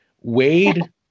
Wade